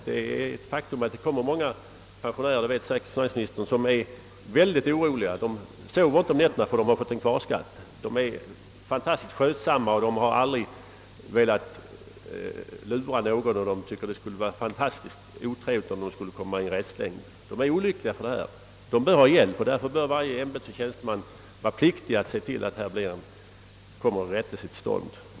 Det är, som finansministern säkert vet, ett faktum att många folkpensionärer är mycket oroliga och säger sig inte kunna sova om nätterna, därför att de fått kvarskatt. De är fantastiskt skötsamma och har aldrig velat bedra någon och tycker att det skulle vara synnerligen otrevligt, om de infördes i en restlängd. Därför bör varje ämbetsoch tjänsteman vara förpliktad att se till att det vidtas rättelse.